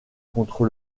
contre